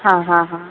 ಹಾಂ ಹಾಂ ಹಾಂ